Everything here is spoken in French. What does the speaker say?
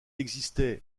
existait